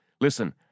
Listen